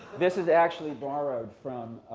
this is actually borrowed from